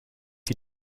you